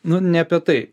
nu ne apie tai